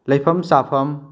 ꯂꯩꯐꯝ ꯆꯥꯐꯝ